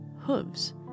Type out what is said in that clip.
hooves